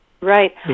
Right